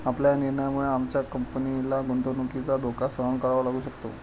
आपल्या या निर्णयामुळे आमच्या कंपनीला गुंतवणुकीचा धोका सहन करावा लागू शकतो